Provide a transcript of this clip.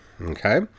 Okay